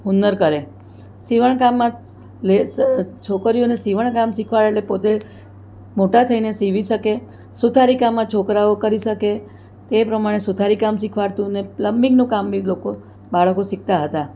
હુનર કરે સીવણ કામમાં છોકરીઓને સીવણ કામ શીખવાડે એટલે પોતે મોટા થઈને સીવી શકે સુથારી કામમાં છોકરાઓ કરી શકે તે પ્રમાણે સુથારી કામ શીખવાડાતું ને પ્લમ્બિંગનું કામ બી લોકો બાળકો શીખતાં હતાં